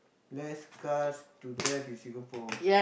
less cars to drive in Singapore